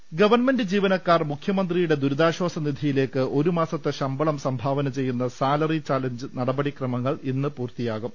ൾ ൽ ൾ ഗവൺമെന്റ് ജീവനക്കാർ മുഖ്യമന്ത്രിയുടെ ദുരിതാശ്വാസ നിധിയി ലേക്ക് ഒരു മാസത്തെ ശമ്പളം സംഭാവന ചെയ്യുന്ന സാലറി ചലഞ്ച് നടപ ടിക്രമങ്ങൾ ഇന്ന് പൂർത്തിയാകും